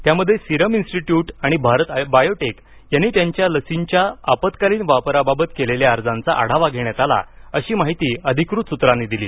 त्यामध्ये Serum Institute आणि Bharat Biotech यांनी त्यांच्या लशींच्या आपत्कालीन वापराबाबत केलेल्या अर्जांचा आढावा घेण्यात आला अशी माहिती सरकारी सूत्रांनी दिली